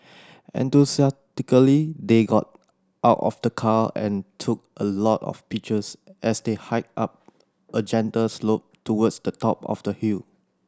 enthusiastically they got out of the car and took a lot of pictures as they hiked up a gentle slope towards the top of the hill